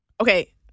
Okay